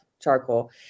charcoal